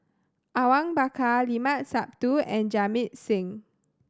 Awang Bakar Limat Sabtu and Jamit Singh